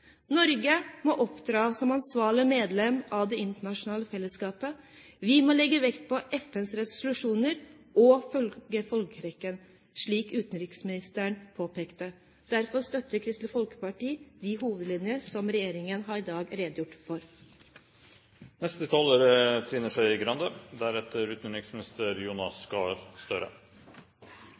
Norge må opptre som ansvarlig medlem av det internasjonale fellesskapet. Vi må legge vekt på FNs resolusjoner og følge folkeretten, slik utenriksministeren påpekte. Derfor støtter Kristelig Folkeparti de hovedlinjer som regjeringen i dag har redegjort